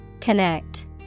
Connect